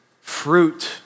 Fruit